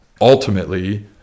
ultimately